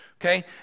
Okay